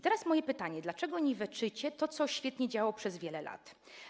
Teraz moje pytania: Dlaczego niweczycie to, co świetnie działało przez wiele lat?